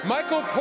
Michael